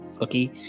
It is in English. okay